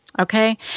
Okay